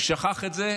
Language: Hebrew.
הוא שכח את זה,